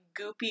goopy